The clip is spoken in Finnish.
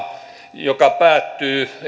joka päättyy